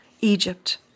Egypt